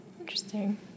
Interesting